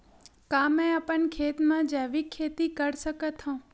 का मैं अपन खेत म जैविक खेती कर सकत हंव?